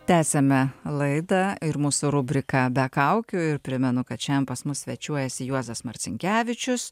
tęsiame laidą ir mūsų rubriką be kaukių ir primenu kad šian pas mus svečiuojasi juozas marcinkevičius